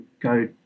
go